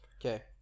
Okay